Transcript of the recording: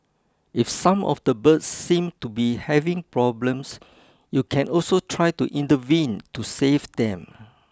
if some of the birds seem to be having problems you can also try to intervene to save them